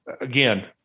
again-